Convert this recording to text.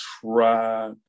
try